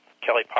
Kelly